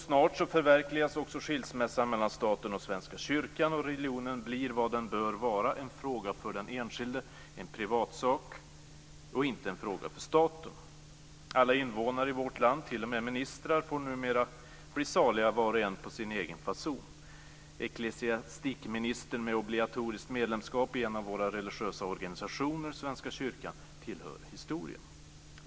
Snart förverkligas också skilsmässan mellan staten och Svenska kyrkan och religionen blir var den bör vara - en fråga för den enskilde, en privatsak och inte en fråga för staten. Alla invånare i vårt land, t.o.m. ministrar, får numera bli saliga var och en på sin egen fason. Ecklesiastikministern med obligatoriskt medlemskap i en av våra religiösa organisationer, Svenska kyrkan, tillhör historien.